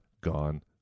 gone